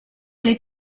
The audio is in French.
les